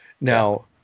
Now